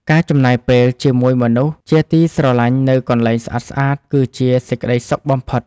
ការចំណាយពេលជាមួយមនុស្សជាទីស្រឡាញ់នៅកន្លែងស្អាតៗ គឺជាសេចក្តីសុខបំផុត។